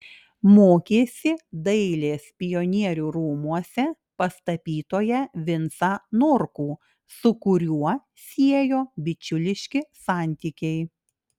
mokėsi dailės pionierių rūmuose pas tapytoją vincą norkų su kuriuo siejo bičiuliški santykiai